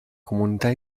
comunità